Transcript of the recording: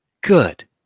good